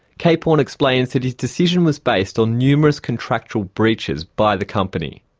capehorn explains that his decision was based on numerous contractual breaches by the company.